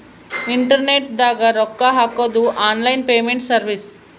internet ದಾಗ ರೊಕ್ಕ ಹಾಕೊದು ಆನ್ಲೈನ್ ಪೇಮೆಂಟ್ ಸರ್ವಿಸ್